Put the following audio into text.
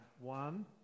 One